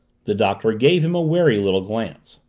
the doctor gave him a wary little glance.